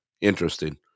interesting